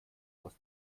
aus